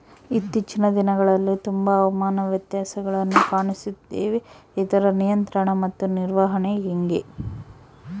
ಇತ್ತೇಚಿನ ದಿನಗಳಲ್ಲಿ ತುಂಬಾ ಹವಾಮಾನ ವ್ಯತ್ಯಾಸಗಳನ್ನು ಕಾಣುತ್ತಿದ್ದೇವೆ ಇದರ ನಿಯಂತ್ರಣ ಮತ್ತು ನಿರ್ವಹಣೆ ಹೆಂಗೆ?